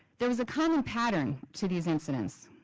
there was a common pattern to these incidents.